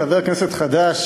חבר כנסת חדש,